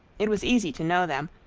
it was easy to know them,